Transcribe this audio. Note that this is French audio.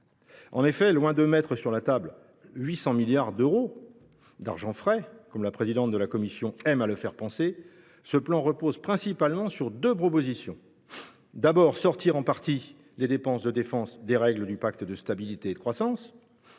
En effet, loin de mettre sur la table 800 milliards d’euros d’argent frais, comme la présidente de la Commission aime à le faire penser, ce plan repose principalement sur deux propositions. D’abord, on exclurait, partiellement, les dépenses de défense des règles du pacte de stabilité et de croissance.